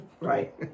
Right